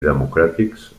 democràtics